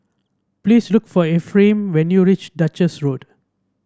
please look for Efrain when you reach Duchess Road